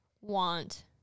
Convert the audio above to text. want